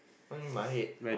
what do you mean my head